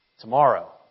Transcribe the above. Tomorrow